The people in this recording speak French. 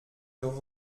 leur